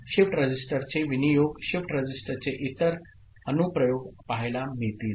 shift रजिस्टरचे विनियोग shift रजिस्टरचे इतर अनुप्रयोग पाहायला मिळतील